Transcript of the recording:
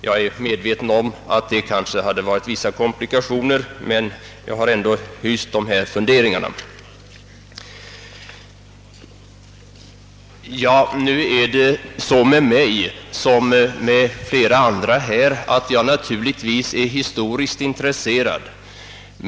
Jag är medveten om att det kanske hade fört med sig vissa komplikationer, men jag har ändå hyst dessa funderingar. Nu är det så med mig som med flera andra här att jag naturligtvis är historiskt intresserad.